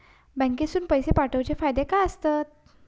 बँकेतून पैशे पाठवूचे फायदे काय असतत?